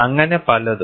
അങ്ങനെ പലതും